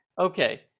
Okay